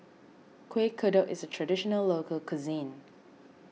Kuih Kodok is a Traditional Local Cuisine